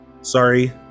Sorry